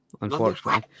unfortunately